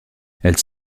elles